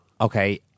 okay